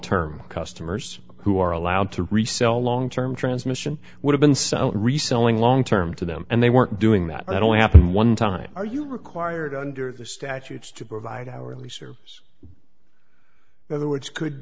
term customers who are allowed to resell long term transmission would have been some reselling long term to them and they weren't doing that only happened one time are you required under the statutes to provide our lease or other which could